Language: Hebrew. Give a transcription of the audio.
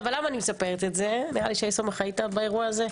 שי סומך, נראה לי שהיית באירוע הזה.